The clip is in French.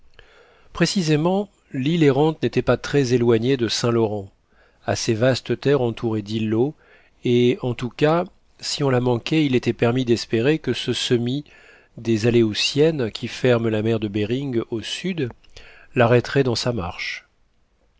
précisément l'île errante n'était pas très éloignée de saintlaurent assez vaste terre entourée d'îlots et en tout cas si on la manquait il était permis d'espérer que ce semis des aléoutiennes qui ferme la mer de behring au sud l'arrêterait dans sa marche